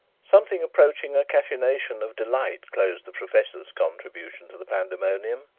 something approaching a cachinnation of delight closed the professor's contribution to the pandemonium,